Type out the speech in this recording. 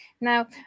Now